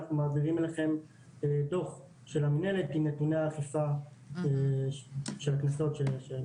אנחנו מעבירים לכם דוח של המנהלת עם נתוני האכיפה של הקנסות.